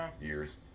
years